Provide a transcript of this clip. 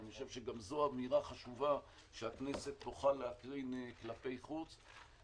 אני חושב שזו גם אמירה חשובה שהכנסת תוכל להקרין כלפי חוץ.